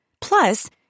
Plus